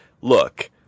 look